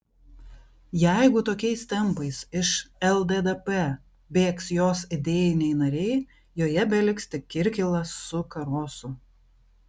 jeigu tokiais tempais iš lddp bėgs jos idėjiniai nariai joje beliks tik kirkilas su karosu